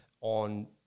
on